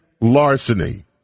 larceny